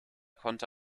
konnte